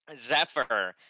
Zephyr